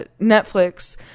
netflix